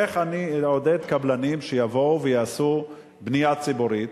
איך אני אעודד קבלנים שיבואו ויבנו בנייה ציבורית?